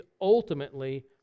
ultimately